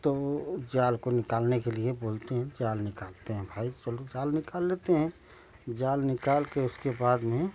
तो वो जाल को निकालने के लिए बोलती हूँ जाल निकालते हैं भाई चलो जाल निकाल लेते हैं जाल निकाल के उसके बाद में